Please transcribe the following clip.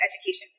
education